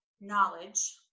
knowledge